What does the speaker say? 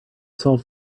solve